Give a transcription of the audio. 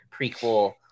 prequel